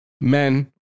men